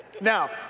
Now